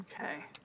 Okay